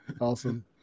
awesome